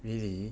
really